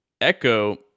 echo